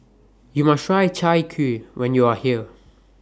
YOU must Try Chai Kuih when YOU Are here